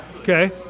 Okay